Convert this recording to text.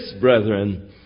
brethren